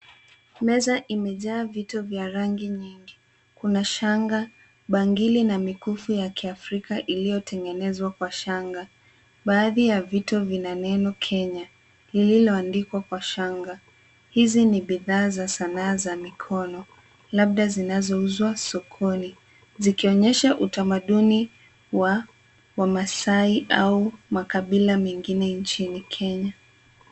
Meza imejaa vitu vya rangi nyingi. Kuna shanga, bangili na mikufu ya Kiafrika iliyotengenezwa kwa shanga. Baadhi ya vitu vina neno Kenya lililoandikwa kwa shanga. Hizi ni bidhaa za sanaa za mikono labda zinazaouzwa sokoni zikionyesha utamadani wa Wamasai au makabila mengine nchini Kenya.